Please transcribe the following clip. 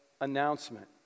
announcement